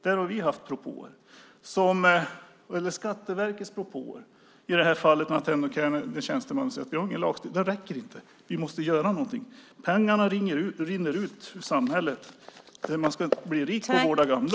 Där har vi haft propåer, och Skatteverket har haft propåer. Vi har haft en lagstiftning, men det räcker inte. Vi måste göra någonting. Pengarna rinner ut ur samhället, men man ska inte bli rik på att vårda gamla.